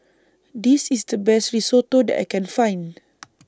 This IS The Best Risotto that I Can Find